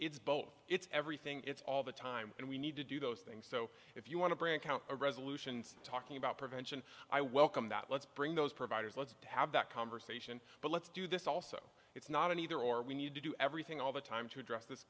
it's both it's everything it's all the time and we need to do those things so if you want to bring count or resolutions talking about prevention i welcome that let's bring those providers let's have that conversation but let's do this also it's not an either or we need to do everything all the time to address this